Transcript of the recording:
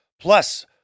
Plus